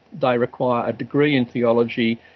they require a degree in theology.